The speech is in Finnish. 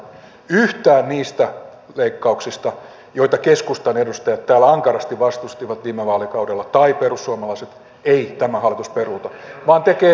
yhtään niistä leikkauksista joita keskustan edustajat tai perussuomalaiset täällä ankarasti vastustivat viime vaalikaudella ei tämä hallitus peruuta vaan tekee siihen lisää